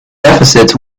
deficits